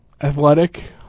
athletic